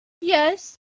Yes